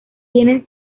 tienen